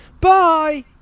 Bye